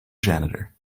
janitor